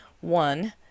One